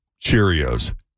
Cheerios